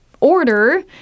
order